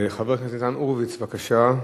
חבר הכנסת ניצן הורוביץ, בבקשה.